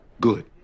Good